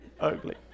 ugly